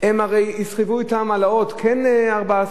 הן הרי יסחבו אתן העלאות: כן 14%,